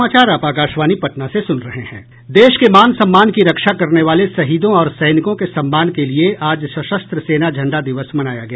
देश के मान सम्मान की रक्षा करने वाले शहीदों और सैनिकों के सम्मान के लिए आज सशस्त्र सेना झंडा दिवस मनाया गया